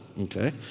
okay